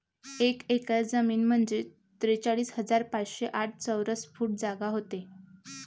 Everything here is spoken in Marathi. एक एकर जमीन म्हंजे त्रेचाळीस हजार पाचशे साठ चौरस फूट जागा व्हते